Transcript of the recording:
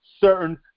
certain